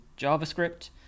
JavaScript